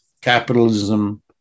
capitalism